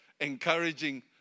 Encouraging